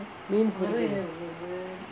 மீன் பிடிக்கிறது:meen pidikkirathu